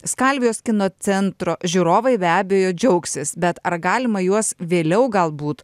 skalvijos kino centro žiūrovai be abejo džiaugsis bet ar galima juos vėliau galbūt